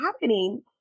happening